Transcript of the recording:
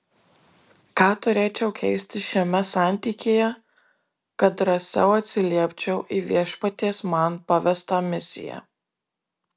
ką turėčiau keisti šiame santykyje kad drąsiau atsiliepčiau į viešpaties man pavestą misiją